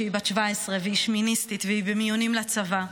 שהיא בת 17 והיא שמיניסטית והיא במיונים לצבא.